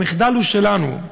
המחדל הוא שלנו.